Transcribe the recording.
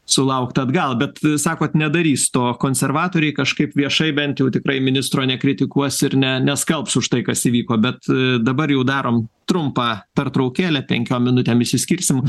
sulaukti atgal bet sakot nedarys to konservatoriai kažkaip viešai bent jau tikrai ministro nekritikuos ir ne neskalbs už tai kas įvyko bet dabar jau darom trumpą pertraukėlę penkiom minutėm išsiskirsim